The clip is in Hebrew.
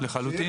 לחלוטין.